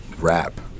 rap